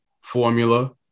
formula